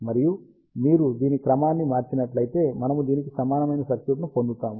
మరియు మీరు దీని క్రమాన్ని మార్చినట్లయితే మనము దీనికి సమానమైన సర్క్యూట్ను పొందుతాము